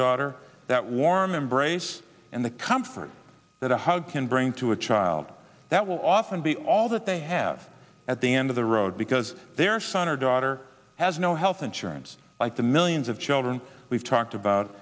daughter that warm embrace and the comfort that a hug can bring to a child that will often be all that they have at the end of the road because their son or daughter has no health insurance like the millions of children we've talked about